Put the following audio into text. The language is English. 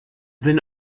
been